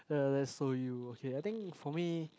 !huh! that's so you okay I think for me